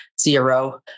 zero